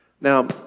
Now